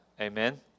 Amen